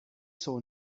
saw